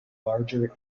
larger